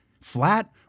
Flat